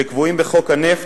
שקבועים בחוק הנפט,